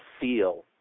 feel